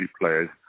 players